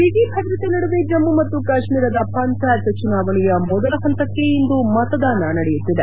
ಬಿಗಿ ಭದ್ರತೆ ನಡುವೆ ಜಮ್ಮು ಮತ್ತು ಕಾಶ್ಮೀರದ ಪಂಚಾಯತ್ ಚುನಾವಣೆಯ ಮೊದಲ ಹಂತಕ್ಕೆ ಇಂದು ಮತದಾನ ನಡೆಯಲಿದೆ